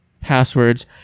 passwords